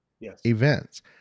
events